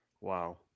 Wow